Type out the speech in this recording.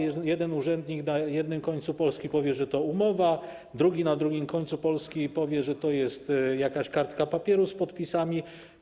Jeden urzędnik na jednym końcu Polski powie, że to umowa, a drugi na drugim końcu Polski powie, że to jest jakaś kartka papieru z podpisami.